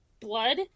blood